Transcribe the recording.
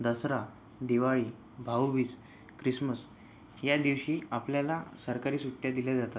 Dussehra Diwali Bhaubeej Christmas या दिवशी आपल्याला सरकारी सुट्ट्या दिल्या जातात